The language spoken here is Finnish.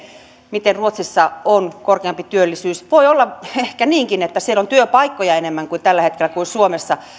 miten ruotsissa on korkeampi työllisyys voi olla ehkä niinkin että siellä on työpaikkoja enemmän tällä hetkellä kuin suomessa